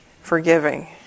forgiving